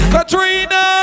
Katrina